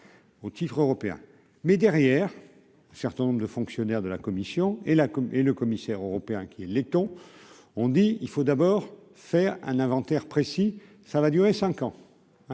au titre européen, mais derrière, certain nombre de fonctionnaires de la Commission et la et le commissaire européen qui est letton, on dit il faut d'abord faire un inventaire précis, ça va durer 5 ans,